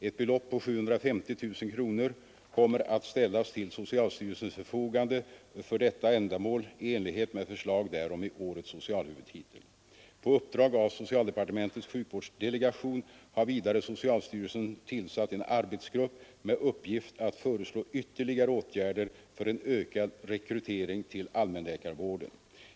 Ett belopp på 750 000 kronor kommer att ställas till socialstyrelsens förfogande för detta ändamål i enlighet med förslag därom i årets socialhuvudtitel. På uppdrag av socialdepartementets sjukvårdsdelegation har vidare socialstyrelsen tillsatt en arbetsgrupp med uppgift att föreslå ytterligare åtgärder för en ökad rekrytering till allmänläkarvården.